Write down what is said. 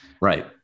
right